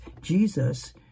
Jesus